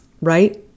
right